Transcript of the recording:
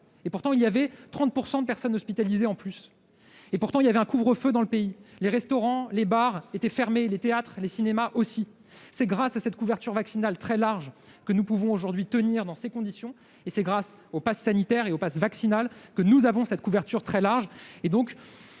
Et pourtant, il y avait 30 % de personnes hospitalisées en plus. Et pourtant, il y avait un couvre-feu dans le pays ; les restaurants, les bars, les théâtres et les cinémas étaient fermés. C'est grâce à cette couverture vaccinale très large que nous pouvons aujourd'hui tenir dans ces conditions. C'est grâce au passe sanitaire et, demain, au passe vaccinal, que nous atteignons cette couverture très large.